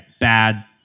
bad